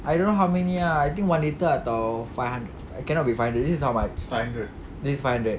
I don't know how many ah I think one litre atau five hundred cannot be five hundred this is not much this is five hundred